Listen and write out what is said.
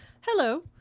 Hello